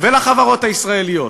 ולחברות הישראליות.